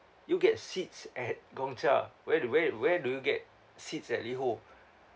you get seats at Gong Cha where do where where do you get seats at LiHO